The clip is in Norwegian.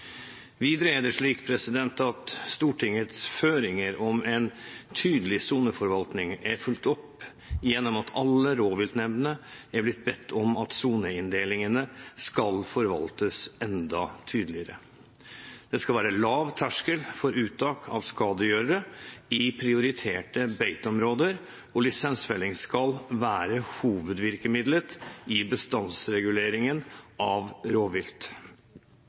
Videre er det slik at Stortingets føringer for en tydelig soneforvaltning er fulgt opp gjennom at alle rovviltnemndene er blitt bedt om at soneinndelingene skal forvaltes enda tydeligere. Det skal være lav terskel for uttak av skadegjørere i prioriterte beiteområder, og lisensfelling skal være hovedvirkemidlet i bestandsreguleringen av rovvilt.